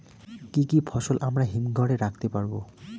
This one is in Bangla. কি কি ফসল আমরা হিমঘর এ রাখতে পারব?